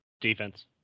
defense